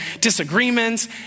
disagreements